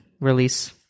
release